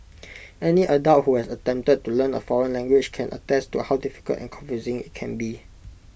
any adult who has attempted to learn A foreign language can attest to how difficult and confusing IT can be